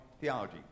theology